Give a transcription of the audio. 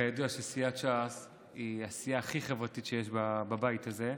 וכידוע סיעת ש"ס היא הסיעה הכי חברתית שיש בבית הזה,